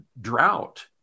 drought